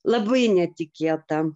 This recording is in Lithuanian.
labai netikėta